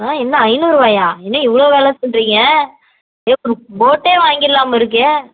ஆ என்ன ஐநூறுரூவாயா என்ன இவ்வளோ வெலை சொல்லுறீங்க ஏ இப் போட்டே வாங்கிடலாம் போலிருக்கே